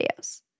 videos